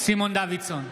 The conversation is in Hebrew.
סימון דוידסון,